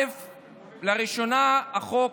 לראשונה החוק